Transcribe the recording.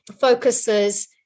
focuses